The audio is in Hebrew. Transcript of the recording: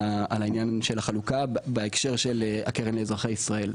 עניין החלוקה בהקשר של הקרן לאזרחי ישראל.